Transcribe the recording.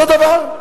אותו דבר.